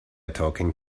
talking